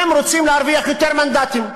הן רוצות להרוויח יותר מנדטים.